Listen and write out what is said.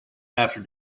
after